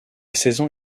saison